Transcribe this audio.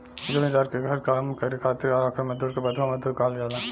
जमींदार के घरे काम करे खातिर राखल मजदुर के बंधुआ मजदूर कहल जाला